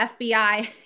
FBI